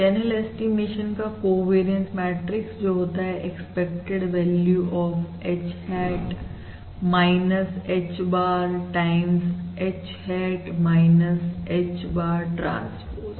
channel estimation का covariance matrix जो होता है expected value of h aht h bar time h aht h bar transpose